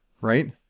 right